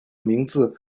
名字